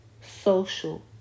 social